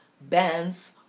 bands